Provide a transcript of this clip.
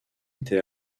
était